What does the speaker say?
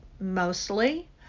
mostly